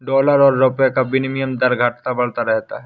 dollar और रूपए का विनियम दर घटता बढ़ता रहता है